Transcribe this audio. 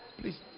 please